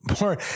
more